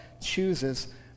chooses